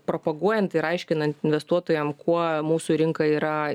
propaguojant ir aiškinant investuotojam kuo mūsų rinka yra